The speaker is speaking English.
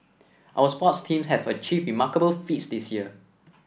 our sports teams have achieved remarkable feats this year